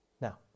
Now